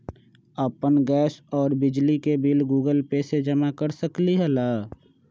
अपन गैस और बिजली के बिल गूगल पे से जमा कर सकलीहल?